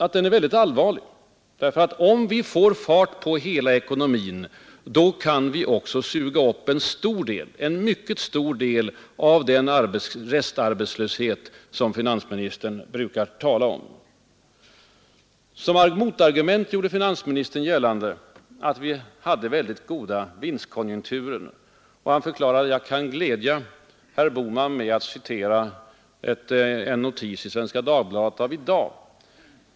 Om vi får fart på hela ekonomin kan vi suga upp en mycket stor del av den restarbetslöshet som finansministern brukar tala om. Som motargument gjorde finansministern gällande att vi har väldigt goda vinstkonjunkturer, och han sade sig vilja glädja mig med att citera en notis ur Svenska Dagbladet av i dag.